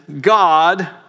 God